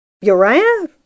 Uriah